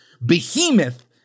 behemoth